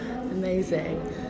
Amazing